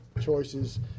choices